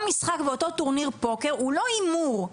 משחק ואותו טורניר פוקר הוא לא הימור,